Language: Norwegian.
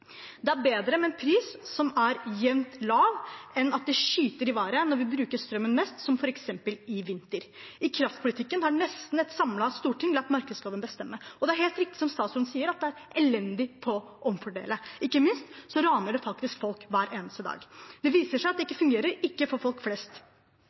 Det er bedre med en pris som er jevnt lav enn at den skyter i været når vi bruker strømmen mest, som f.eks. i vinter. I kraftpolitikken har nesten et samlet storting latt markedet bestemme, og det er helt riktig som statsråden sier, at det er elendig på å omfordele. Faktisk raner det folk hver eneste dag. Det viser seg at det